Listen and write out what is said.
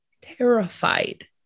terrified